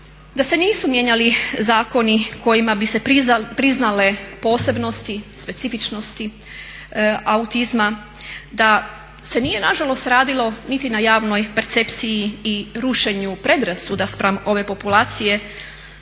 da se nisu mijenjali zakoni kojima bi se priznale posebnosti, specifičnosti autizma. Da se nije nažalost radilo niti na javnoj percepciji i rušenju predrasuda spram ove populacije,